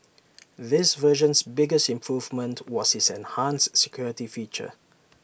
this version's biggest improvement was its enhanced security feature